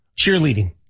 Cheerleading